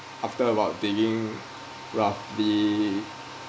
after about digging roughly